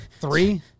three